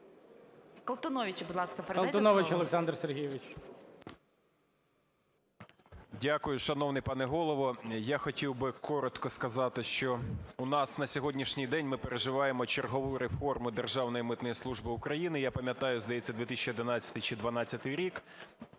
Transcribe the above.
Колтуновичу, будь ласка, передайте. ГОЛОВУЮЧИЙ. Колтунович Олександр Сергійович. 17:26:06 КОЛТУНОВИЧ О.С. Дякую, шановний пане Голово. Я хотів би коротко сказати, що у нас на сьогоднішній день ми переживаємо чергову реформу Державної митної служби України. Я пам'ятаю, здається, 2011 чи 2012 рік,